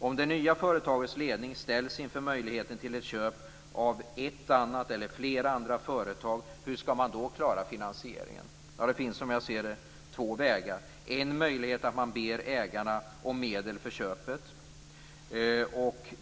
Om det nya företagets ledning ställs inför möjligheten till köp av ett annat eller flera andra företag, hur skall man då klara finansieringen? Det finns två vägar, som jag ser det. En möjlighet är att man ber ägarna om medel för köpet.